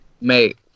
mate